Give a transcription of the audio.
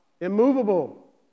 Immovable